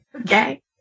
Okay